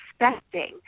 expecting